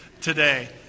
today